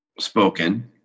spoken